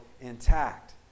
intact